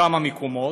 בכמה מקומות,